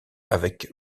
avec